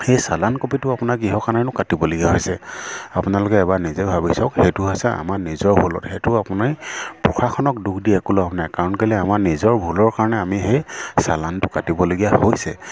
সেই চালান কপিটো আপোনাৰ কিহৰ কাৰণেনো কাটিবলগীয়া হৈছে আপোনালোকে এবাৰ নিজে ভাবিচাওক সেইটো হৈছে আমাৰ নিজৰ ভুলত সেইটো আপোনি প্ৰশাসনক দোষ দি একো লাভ নাই আপোনাৰ কাৰণ কেলৈ আমাৰ নিজৰ ভুলৰ কাৰণে আমি সেই চালানটো কাটিবলগীয়া হৈছে